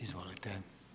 Izvolite.